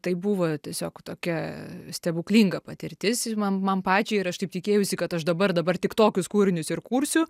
tai buvo tiesiog tokia stebuklinga patirtis ir man man pačiai ir aš taip tikėjausi kad aš dabar dabar tik tokius kūrinius ir kursiu